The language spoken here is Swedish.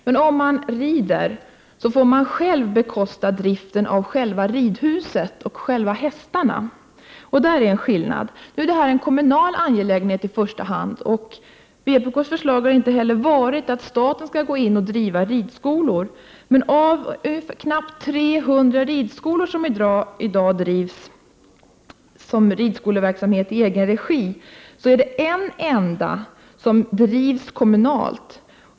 Men den som rider får själv bekosta driften av själva ridhuset och hästarna. Nu är detta en kommunal angelägenhet i första hand, och vpk:s förslag har inte heller varit att staten skall gå in och driva ridskolor. Men av knappt 300 ridskolor som i dag drivs som ridskoleverksamhet i egen regi är det en enda som drivs kommunalt.